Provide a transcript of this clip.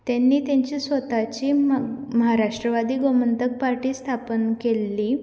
तेणी तेंची स्वताची महाराष्ट्रवादी गोमंतक पार्टी स्थापन केल्ली